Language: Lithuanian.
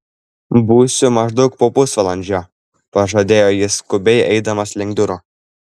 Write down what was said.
būsiu maždaug po pusvalandžio pažadėjo jis skubiai eidamas link durų